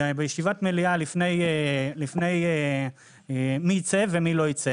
בישיבת המליאה, לפני מי ייצא ומי לא ייצא